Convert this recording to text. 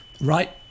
right